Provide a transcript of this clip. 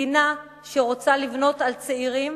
מדינה שרוצה לבנות על צעירים